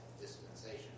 dispensation